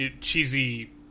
cheesy